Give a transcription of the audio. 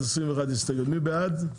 מי בעד ההסתייגויות?